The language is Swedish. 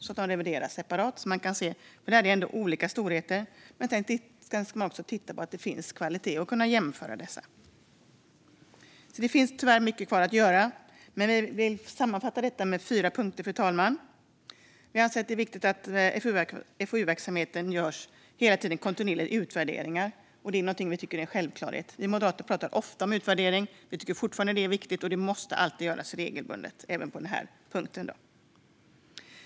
De ska revideras separat eftersom de ändå är olika storheter. Man ska titta på och jämföra kvaliteten. Det finns tyvärr mycket kvar att göra. Vi vill sammanfatta det i fyra punkter, fru talman. Vi anser att det är viktigt att det hela tiden och kontinuerligt görs utvärderingar av FoU-verksamheten. Det är något vi tycker är en självklarhet. Vi moderater talar ofta om utvärdering. Vi tycker fortfarande att det är viktigt, och det måste alltid göras regelbundet - även på den här punkten.